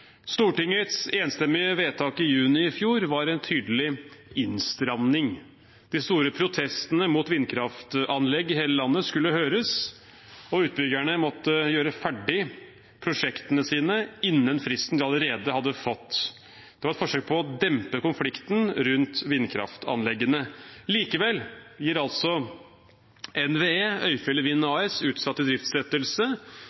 juni i fjor var en tydelig innstramning. De store protestene mot vindkraftanlegg i hele landet skulle høres, og utbyggerne måtte gjøre ferdig prosjektene sine innen fristen de allerede hadde fått. Det var et forsøk på å dempe konflikten rundt vindkraftanleggene. Likevel gir NVE Øyfjellet Wind AS utsatt idriftsettelse. Det begrunnes i søknaden fra Øyfjellet med koronarestriksjoner, mye snø og